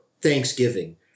Thanksgiving